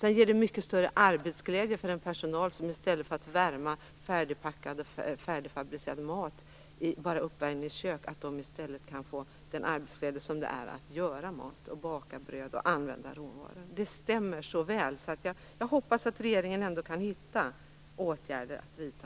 Sedan ger det mycket större arbetsglädje för personalen om man i stället för att värma färdigfabricerad mat i uppvärmingskök fick tillaga mat, baka bröd och använda råvaror. Det stämmer så väl. Jag hoppas att regeringen kan hitta åtgärder att vidta.